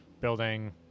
building